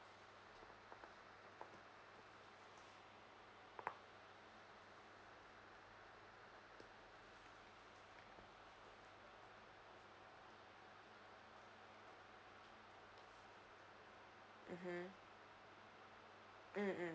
mmhmm mm mm